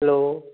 hello